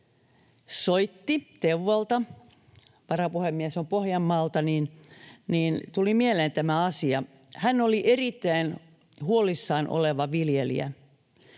soitti Teuvalta — varapuhemies on Pohjanmaalta, niin tuli mieleen tämä asia. Hän oli erittäin huolissaan oleva viljelijä.